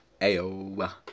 Ayo